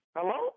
Hello